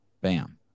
Bam